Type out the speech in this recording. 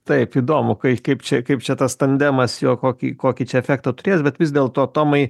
taip įdomu kai kaip čia kaip čia tas tandemas jo kokį kokį čia efektą turės bet vis dėlto tomai